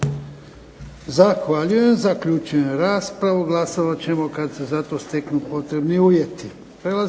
Zahvaljujem. Zaključujem raspravu. Glasovat ćemo kad se za to steknu potrebni uvjeti.